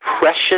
precious